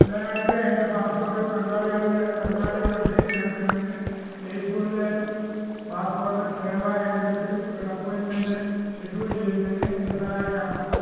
ബുധനാഴ്ച എൻ്റെ പാസ്പോർട്ടിൽ പങ്കാളികളുടെ പങ്കാളിയുടെ പേര് ചേർക്കുന്നതിന് ജയ്പൂറിലെ പാസ്പോർട്ട് സേവാ കേന്ദ്രത്തിൽ ഒരു അപ്പോയിൻ്റ്മെൻ്റ് ഷെഡ്യൂൾ ചെയ്യുന്നതിന് എന്നെ സഹായിക്കാമോ